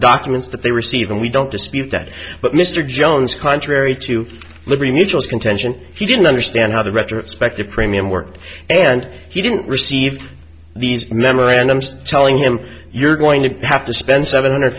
documents that they receive and we don't dispute that but mr jones contrary to liberty mutual contention he didn't understand how the retrospective premium worked and he didn't receive these memorandums telling him you're going to have to spend seven hundred